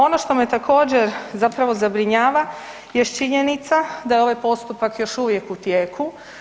Ono što me također zapravo zabrinjava jest činjenica da je ovaj postupak još uvijek u tijeku.